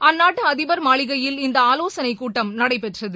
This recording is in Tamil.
அந்நாட்டு அதிபர் மாளிகையில் இந்த ஆலோசனைக் கூட்டம் நடைபெற்றது